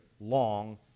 long